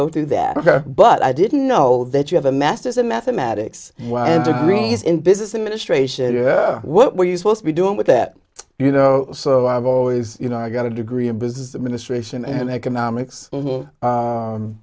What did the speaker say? go through that but i didn't know that you have a master's in mathematics and degrees in business administration what were you supposed to be doing with that you know so i've always you know i got a degree in business administration and economics